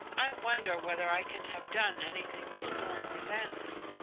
i wonder whether i can have done anything miss thorn resents.